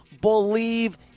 believe